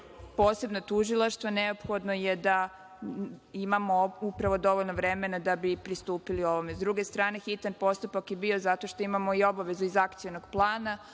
posebna tužilaštva, neophodno je da imamo dovoljno vremena da bi pristupili ovome.S druge strane, hitan postupak je bio zato što imamo i obavezu iz Akcionog plana,